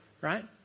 right